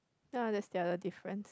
ya that's the other difference